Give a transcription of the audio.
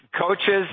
coaches